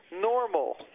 normal